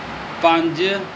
ਪੰਜ